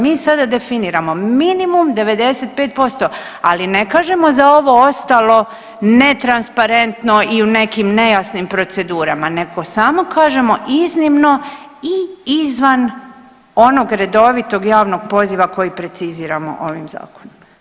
Mi sada definiramo minimum 95%, ali ne kažemo za ovo ostalo netransparentno i u nekim nejasnim procedurama, nego samo kažemo iznimno i izvan onog redovitog javnog poziva koji preciziramo ovim zakonom.